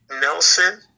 Nelson